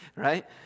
Right